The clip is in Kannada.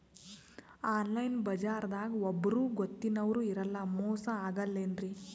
ಆನ್ಲೈನ್ ಬಜಾರದಾಗ ಒಬ್ಬರೂ ಗೊತ್ತಿನವ್ರು ಇರಲ್ಲ, ಮೋಸ ಅಗಲ್ಲೆನ್ರಿ?